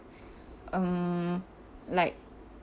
um like